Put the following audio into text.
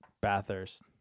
Bathurst